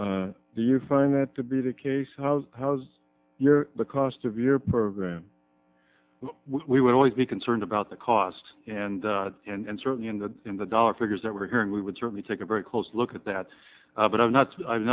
with do you find that to be the case house how has your the cost of your program we would always be concerned about the cost and and certainly in the in the dollar figures that we're hearing we would certainly take a very close look at that but i'm not i'm